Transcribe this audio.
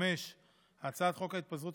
5. הצעת חוק התפזרות